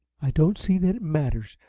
i don't see that it matters,